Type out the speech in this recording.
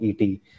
ET